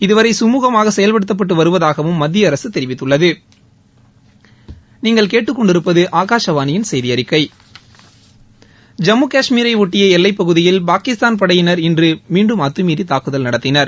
இதுவரை சுமுகமாக செயல்படுத்தப்பட்டு வருவதாகவும் மத்திய அரசு தெரிவித்துள்ளது ஜம்மு கஷ்மீரை ஒட்டிய எல்லைப்பகுதியில் பாகிஸ்தான் படையினர் இன்று மீண்டும் அத்தமீறி தாக்குதல் நடத்தினர்